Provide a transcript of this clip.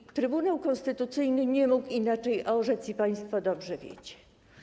I Trybunał Konstytucyjny nie mógł inaczej orzec, państwo dobrze wiecie.